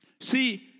See